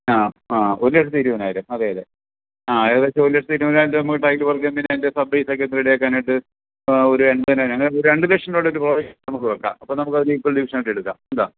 ആ ആ ഒരു ലക്ഷത്തി ഇരുപതിനായിരം അതെ അതെ ആ ഏകദേശം ഒരു ലക്ഷത്തി ഇരുപതിനായിരം രൂപ നമുക്ക് ടൈൽ വർക്ക് ചെയ്യുന്നതിനായിട്ട് സബ് ടൈൽസ് ഒക്കെ റെഡി ആക്കാനായിട്ട് ആ ഒരു എൺപതിനായിരം അങ്ങനെ രണ്ട് ലക്ഷം രൂപയുടെ ഒരു നമുക്ക് വയ്ക്കാം അപ്പോൾ നമുക്ക് ഈക്വൽ ഡിവിഷൻ ആയിട്ട് എടുക്കാം എന്താണ്